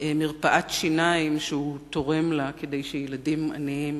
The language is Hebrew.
מרפאת שיניים, שהוא תורם לה כדי שילדים עניים